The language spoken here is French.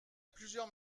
plusieurs